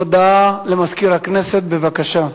הודעה למזכיר הכנסת, בבקשה.